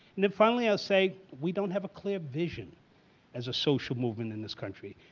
and then finally i say we don't have a clear vision as a social movement in this country.